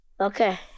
Okay